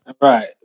Right